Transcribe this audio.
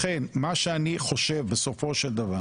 לכן, מה שאני חושב בסופו של דבר